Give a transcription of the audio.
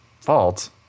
fault